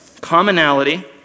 Commonality